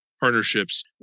partnerships